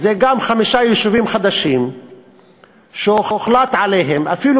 זה גם חמישה יישובים חדשים שהוחלט עליהם אפילו